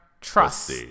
trust